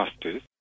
justice